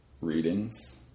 readings